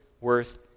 worth